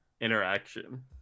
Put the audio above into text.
interaction